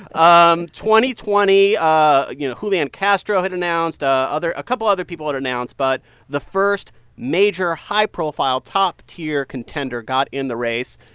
um twenty twenty ah you know julian castro had announced. ah a couple other people had announced. but the first major, high-profile, top-tier contender got in the race.